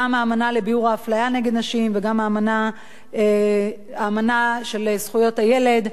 גם האמנה לביעור האפליה נגד נשים וגם האמנה של זכויות הילד,